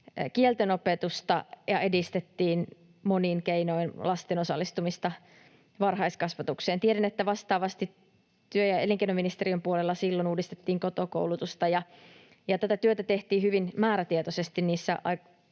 kieltenopetusta ja edistettiin monin keinoin lasten osallistumista varhaiskasvatukseen. Tiedän, että vastaavasti työ- ja elinkeinoministeriön puolella silloin uudistettiin koto-koulutusta ja tätä työtä tehtiin hyvin määrätietoisesti